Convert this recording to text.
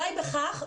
די בכך,